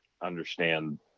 understand